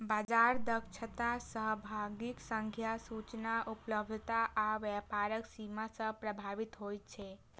बाजार दक्षता सहभागीक संख्या, सूचना उपलब्धता आ व्यापारक सीमा सं प्रभावित होइ छै